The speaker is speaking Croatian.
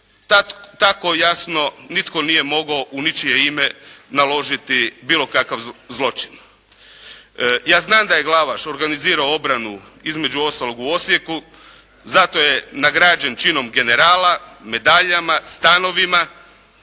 tako jasno nitko nije mogao u ničije ime naložiti bilo kakav zločin. Ja znam da je Glavaš organizirao obranu između ostalog u Osijeku. Zato je nagrađen činom generala, medaljama, stanovima.